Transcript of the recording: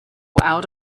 out